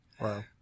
Wow